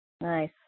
Nice